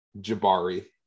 Jabari